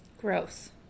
Gross